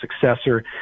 successor